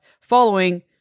following